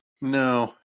No